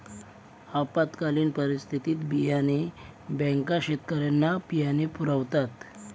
आपत्कालीन परिस्थितीत बियाणे बँका शेतकऱ्यांना बियाणे पुरवतात